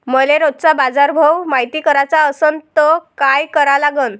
मले रोजचा बाजारभव मायती कराचा असन त काय करा लागन?